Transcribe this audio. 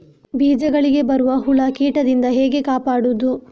ಬೀಜಗಳಿಗೆ ಬರುವ ಹುಳ, ಕೀಟದಿಂದ ಹೇಗೆ ಕಾಪಾಡುವುದು?